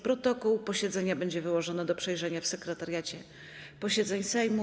Protokół posiedzenia będzie wyłożony do przejrzenia w Sekretariacie Posiedzeń Sejmu.